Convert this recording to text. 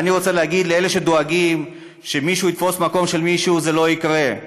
ואני רוצה להגיד לאלה שדואגים שמישהו יתפוס מקום של מישהו: זה לא יקרה,